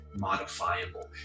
modifiable